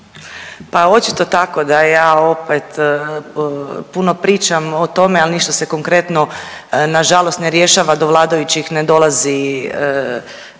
Pa očito tako da ja opet puno pričam o tome, ali ništa se konkretno nažalost ne rješava, do vladajućih ne dolazi,